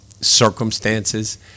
circumstances